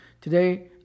Today